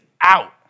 out